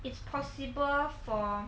it's possible for